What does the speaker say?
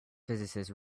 physicist